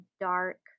dark